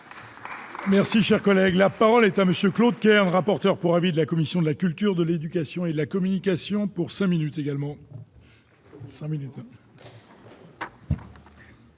Merci, cher collègue, la parole est à monsieur Claude Kern, rapporteur pour avis de la commission de la culture, de l'éducation et de la communication pour 5 minutes également.